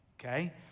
okay